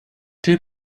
two